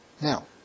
Now